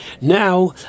Now